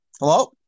Hello